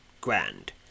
grand